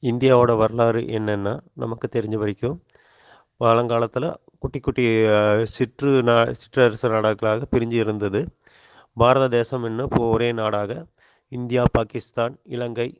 இந்தியாவோடய வரலாறு என்னென்னா நமக்கு தெரிஞ்ச வரைக்கும் பழங்காலத்தில் குட்டி குட்டி சிற்று நாடு சிற்றரசர் நாடுகளாக பிரிஞ்சு இருந்தது பாரததேசம் என்னும் ஒரே நாடாக இந்தியா பாகிஸ்தான் இலங்கை